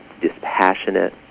dispassionate